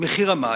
מחיר המים,